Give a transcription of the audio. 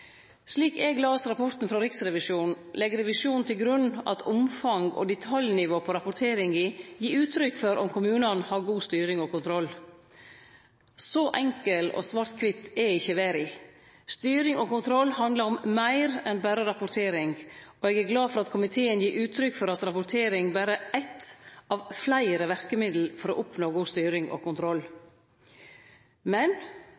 Slik eg las rapporten frå Riksrevisjonen, legg revisjonen til grunn at omfang og detaljnivå på rapporteringa gir uttrykk for om kommunane har god styring og kontroll. So enkel og svart-kvit er ikkje verda. Styring og kontroll handlar om meir enn berre rapportering, og eg er glad for at komiteen gir uttrykk for at rapportering berre er eitt av fleire verkemiddel for å oppnå god styring og kontroll. Men